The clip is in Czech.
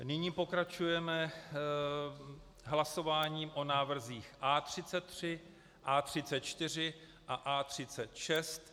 Nyní pokračujeme hlasováním o návrzích A33, A34 a A36.